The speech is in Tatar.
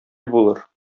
булыр